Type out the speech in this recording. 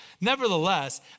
Nevertheless